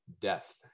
death